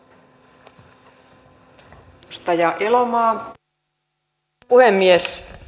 arvoisa puhemies